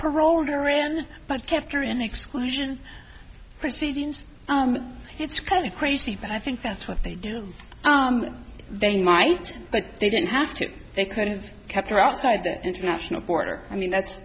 parole in iran but kept her in exclusion proceedings it's kind of crazy but i think that's what they do they might but they didn't have to they could have kept her outside the international court or i mean that's